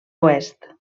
oest